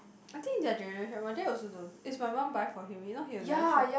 I think their generation my dad also don't is my mum buy for him if not he'll never shop